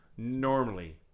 Normally